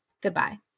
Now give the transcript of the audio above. goodbye